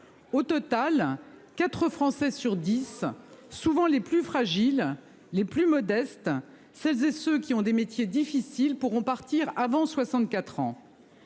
Au total, 4 Français sur 10, souvent les plus fragiles, les plus modestes. Celles et ceux qui ont des métiers difficiles pourront partir avant 64 ans.